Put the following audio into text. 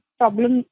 problem